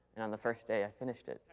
and on the first day i finished it.